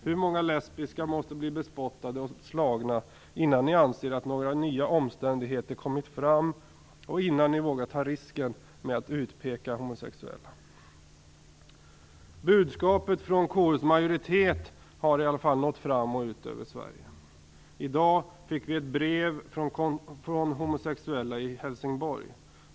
Hur många lesbiska måste bli bespottade och slagna innan ni anser att nya omständigheter kommit fram och innan ni vågar ta risken att utpeka homosexuella? Budskapet från KU:s majoritet har i alla fall nått fram och även nått ut över Sverige. I dag kom ett brev från homosexuella i Helsingborg.